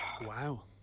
Wow